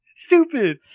Stupid